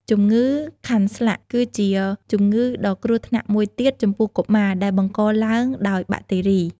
ជំងឺខាន់ស្លាក់គឺជាជំងឺដ៏គ្រោះថ្នាក់មួយទៀតចំពោះកុមារ ដែលបង្កឡើងដោយបាក់តេរី។